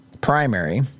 primary